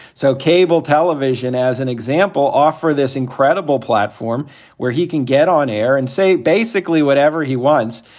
so cable television, as an example, offer this incredible platform where he can get on air and say basically whatever he wants.